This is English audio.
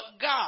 God